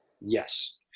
yes